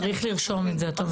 צריך לרשום את זה את אומרת.